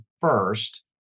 first